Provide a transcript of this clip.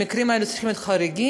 המקרים האלה צריכים להיות חריגים,